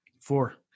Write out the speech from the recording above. Four